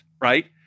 right